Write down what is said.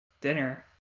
dinner